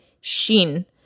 shin